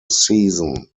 season